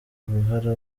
uruhara